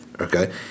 okay